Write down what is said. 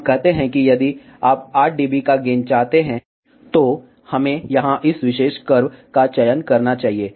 हम कहते हैं कि यदि आप 8 डीबी का गेन चाहते हैं तो हमें यहां इस विशेष कर्व का चयन करना चाहिए